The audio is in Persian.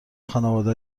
خانواده